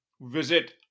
visit